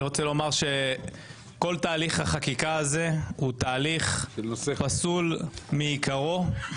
רוצה לומר שכל תהליך החקיקה הזה הוא תהליך פסול מעיקרו.